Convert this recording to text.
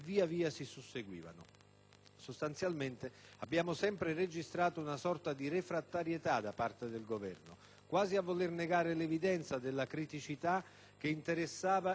Sostanzialmente abbiamo sempre registrato una sorta di refrattarietà da parte del Governo, quasi a voler negare l'evidenza della criticità che interessava e interessa il settore.